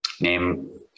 name